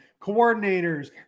coordinators